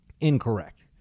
incorrect